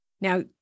Now